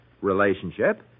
relationship